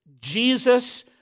Jesus